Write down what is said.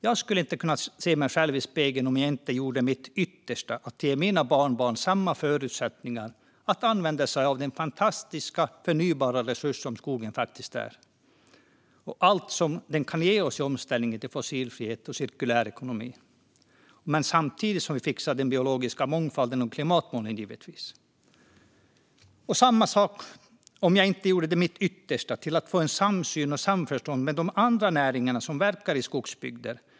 Jag skulle inte kunna se mig själv i spegeln om jag inte gjorde mitt yttersta för att ge mina barnbarn samma förutsättningar att använda sig av den fantastiska förnybara resurs som skogen faktiskt är och allt som den kan ge oss i omställningen till fossilfrihet och cirkulär ekonomi, men givetvis samtidigt som vi fixar den biologiska mångfalden och klimatmålen. Samma sak gäller om jag inte gjorde mitt yttersta för att få en samsyn och ett samförstånd med de andra näringarna som verkar i skogsbygder.